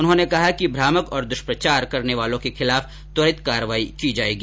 उन्होने ने कहा कि भ्रामक और दुष्प्रचार करने वालों के खिलाफ त्वरित कार्रवाई की जायेगी